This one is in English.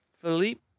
Philippe